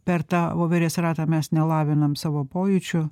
per tą voverės ratą mes nelavinam savo pojūčio